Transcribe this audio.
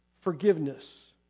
forgiveness